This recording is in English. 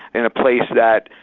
in a place that,